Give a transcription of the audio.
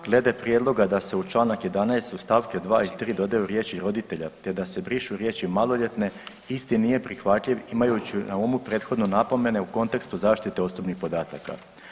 Glede prijedloga da se u čl. 11. u st. 2. i 3. dodaju riječi „roditelja“, te da se brišu riječi „maloljetne“ isti nije prihvatljiv imajući na umu prethodno napomene u kontekstu zaštite osobnih podataka.